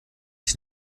ich